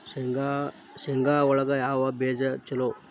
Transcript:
ಶೇಂಗಾ ಒಳಗ ಯಾವ ಬೇಜ ಛಲೋ?